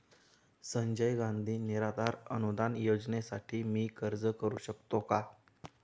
संजय गांधी निराधार अनुदान योजनेसाठी मी अर्ज करू शकते का?